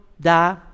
Da